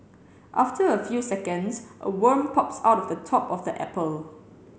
after a few seconds a worm pops out of the top of the apple